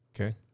Okay